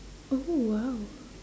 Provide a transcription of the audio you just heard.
oh !wow!